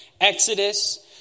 Exodus